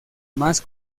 más